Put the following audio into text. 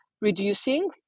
reducing